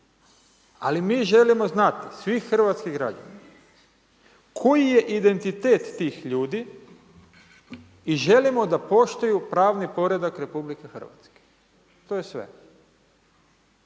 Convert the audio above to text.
Ali mi želimo znati, svi hrvatski građani koji je identitet tih ljudi i želimo da poštuju pravni poredak RH. I to je sve.